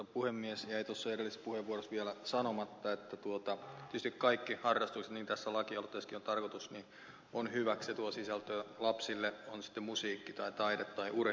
jäi tuossa edellisessä puheenvuorossani vielä sanomatta että tietysti kaikki harrastukset niin kuin tässä lakialoitteessakin tarkoitetaan ovat hyväksi tuovat sisältöä lapsille on se sitten musiikki tai taide tai urheilu